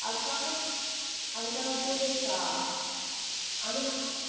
அதுக்காக அதுக்காக டூ டேஸா அதுவும் இல்லாமல்